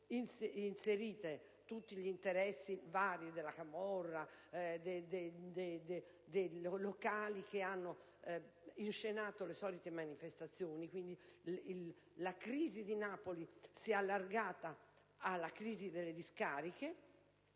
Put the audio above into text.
inseriti tutti i vari interessi della camorra e dei locali, che hanno inscenato le solite manifestazioni. Quindi, la crisi di Napoli si è allargata alla crisi delle discariche,